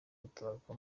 gutabaruka